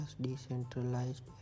decentralized